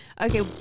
okay